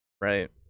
Right